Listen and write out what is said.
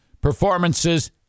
Performances